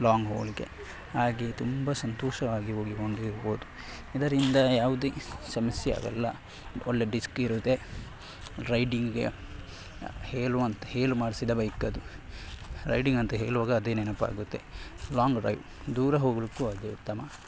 long ಹೋಗಲಿಕ್ಕೆ ಹಾಗೇ ತುಂಬ ಸಂತೋಷವಾಗಿ ಹೋಗಿಕೊಂಡಿರ್ಬೋದು ಇದರಿಂದ ಯಾವುದೇ ಸಮಸ್ಯೆ ಆಗಲ್ಲ ಒಳ್ಳೆಯ ಡಿಸ್ಕ್ ಇರುತ್ತೆ ರೈಡಿಂಗಿಗೆ ಹೇಳುವಂಥ ಹೇಳಿ ಮಾಡಿಸಿದ ಬೈಕದು ರೈಡಿಂಗಂತ ಹೇಳುವಾಗ ಅದೇ ನೆನಪಾಗುತ್ತೆ ಲಾಂಗ್ ಡ್ರೈವ್ ದೂರ ಹೋಗಲಿಕ್ಕೂ ಅದೇ ಉತ್ತಮ